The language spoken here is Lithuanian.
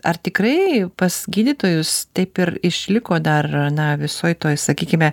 ar tikrai pas gydytojus taip ir išliko dar na visoj toj sakykime